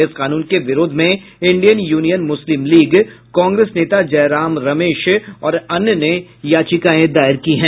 इस कानून के विरोध में Indian Union Muslim League Congress नेता जयराम रमेश और अन्य ने याचिकाएं दायर की हैं